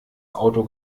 auto